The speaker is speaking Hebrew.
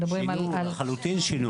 שינו.